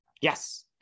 Yes